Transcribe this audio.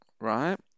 Right